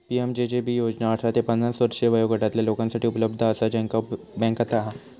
PMJJB योजना अठरा ते पन्नास वर्षे वयोगटातला लोकांसाठी उपलब्ध असा ज्यांचा बँक खाता हा